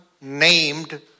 named